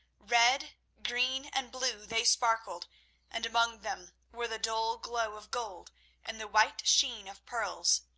red, green and blue they sparkled and among them were the dull glow of gold and the white sheen of pearls.